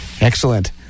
excellent